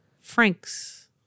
Franks